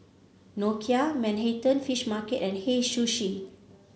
Nokia Manhattan Fish Market and Hei Sushi